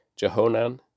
Jehonan